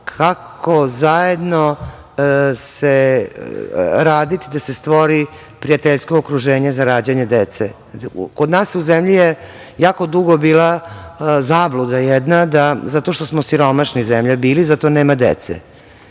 kako zajedno raditi da se stvori prijateljsko okruženje za rađanje dece. Kod nas u zemlji je jako dugo bila zabluda jedna zato što smo siromašna zemlja bili, zato nema dece.